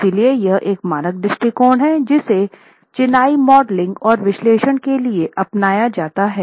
इसलिए यह एक मानक दृष्टिकोण है जिसे चिनाई मॉडलिंग और विश्लेषण के लिए अपनाया जाता है